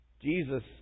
Jesus